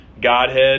Godhead